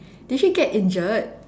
did she get injured